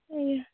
ଆଜ୍ଞା